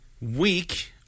week